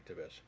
activists